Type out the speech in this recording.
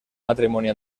matrimonio